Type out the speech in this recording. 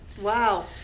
wow